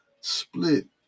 split